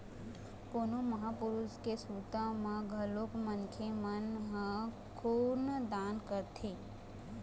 कोनो महापुरुष के सुरता म घलोक मनखे मन ह खून दान करथे